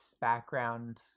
background